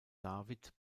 david